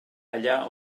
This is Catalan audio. allà